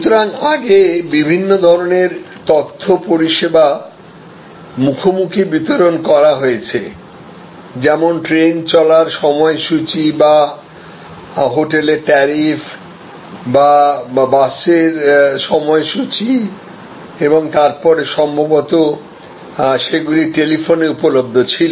সুতরাং আগে বিভিন্ন ধরণের তথ্য পরিষেবা মুখোমুখি বিতরণ করা হয়েছে যেমন ট্রেন চলার সময়সূচি বা হোটেলের ট্যারিফ বা বাসের সময়সূচি এবং তারপরে সম্ভবত সেগুলি টেলিফোনে উপলব্ধ ছিল